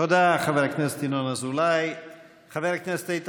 תודה, חבר הכנסת ינון אזולאי.